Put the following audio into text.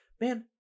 man